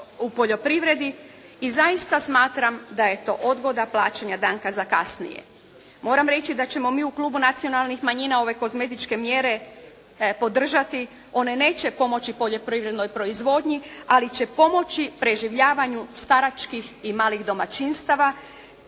u poljoprivredi i zaista smatram da je to odgoda plaćanja danka za kasnije. Moram reći da ćemo mi u klubu nacionalnih manjina ove kozmetičke mjere podržati. One neće pomoći poljoprivrednoj proizvodnji, ali će pomoći preživljavanju staračkih i malih domaćinstava